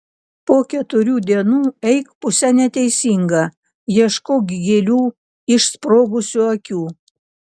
po keturių dienų eik puse neteisinga ieškok gėlių išsprogusių akių